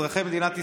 אזרחי מדינת ישראל.